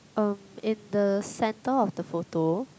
um in the center of the photo